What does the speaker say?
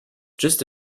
just